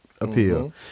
appeal